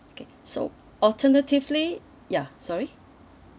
okay so alternatively ya sorry